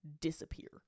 disappear